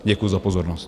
Děkuji za pozornost.